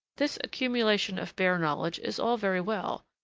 this accumulation of bare knowledge is all very well,